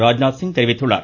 ராஜ்நாத் சிங் தெரிவித்துள்ளார்